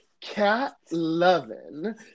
cat-loving